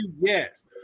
Yes